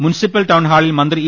municipal town ഹാളിൽ മന്ത്രി E